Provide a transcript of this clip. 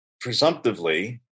presumptively